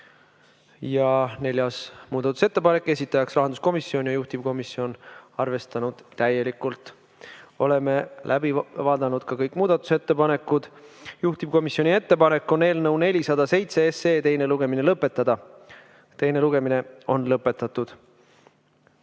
Neljas muudatusettepanek, esitaja on rahanduskomisjon, juhtivkomisjon on arvestanud täielikult. Oleme läbi vaadanud kõik muudatusettepanekud. Juhtivkomisjoni ettepanek on eelnõu 407 teine lugemine lõpetada. Teine lugemine on lõpetatud.